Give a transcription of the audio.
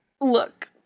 Look